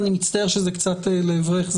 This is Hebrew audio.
ואני מצטער שזה קצת לעברך,